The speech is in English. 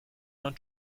not